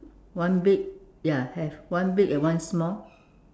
one big ya have one big and one small